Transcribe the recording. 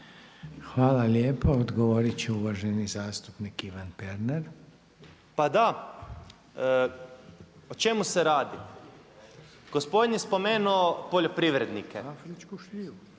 Hvala lijepo. Odgovoriti će uvaženi zastupnik Ivan Pernar. **Pernar, Ivan (Abeceda)** Pa da, o čemu se radi, gospodin je spomenuo poljoprivrednike,